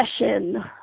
session